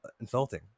insulting